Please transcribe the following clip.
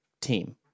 team